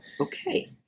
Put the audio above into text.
Okay